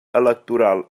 electoral